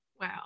Wow